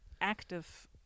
active